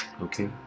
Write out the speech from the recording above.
Okay